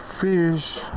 Fish